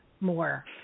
more